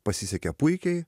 pasisekė puikiai